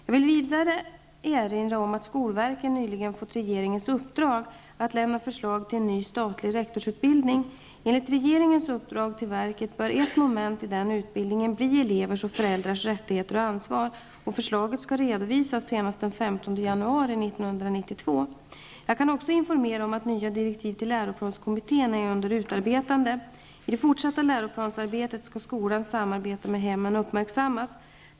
Jag vill vidare erinra om att skolverket nyligen fått regeringens uppdrag att lämna förslag till en ny statlig rektorsutbildning. Enligt regeringens uppdrag till verket bör ett moment i denna utbildning bli elevers och föräldrars rättigheter och ansvar. Förslaget skall redovisas senast den 15 Jag kan också informera om att nya direktiv till läroplanskommittén är under utarbetande. I det fortsatta läroplansarbetet skall skolans samarbete med hemmen uppmärksammas.